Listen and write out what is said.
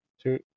Two